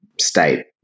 state